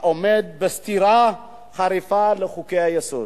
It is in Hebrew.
העומד בסתירה חריפה לחוקי היסוד.